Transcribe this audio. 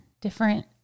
different